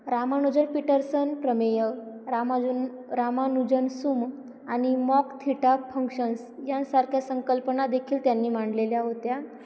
रामानुजर Peterson प्रमेय Ramanujan Ramanujan sum आणि mock theta functions यांसारख्या संकल्पना देखील त्यांनी मांडलेल्या होत्या